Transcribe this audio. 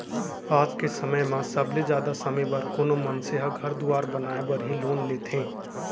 आज के समय म सबले जादा समे बर कोनो मनसे ह घर दुवार बनाय बर ही लोन लेथें